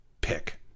pick